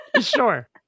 Sure